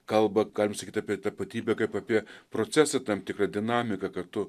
kalba galima sakyt apie tapatybę kaip apie procesą tam tikrą dinamiką kartu